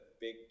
big